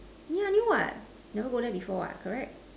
yeah new what never go there before what correct